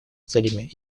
целями